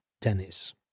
Tennis